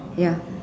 ya